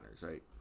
Right